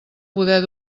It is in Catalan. poder